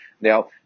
Now